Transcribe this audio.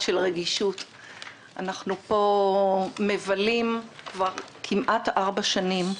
אנחנו פה מבלים כבר כמעט ארבע שנים.